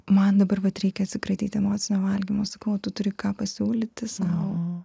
man dabar vat reikia atsikratyti emocinio valgymo sakau o tu turi ką pasiūlyti sau